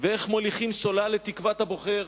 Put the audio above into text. ואיך מוליכים שולל את תקוות הבוחר.